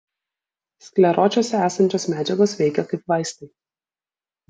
skleročiuose esančios medžiagos veikia kaip vaistai